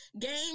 game